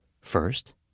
First